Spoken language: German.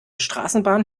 straßenbahn